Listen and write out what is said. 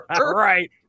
Right